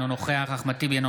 אינו נוכח אחמד טיבי,